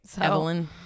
Evelyn